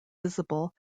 visible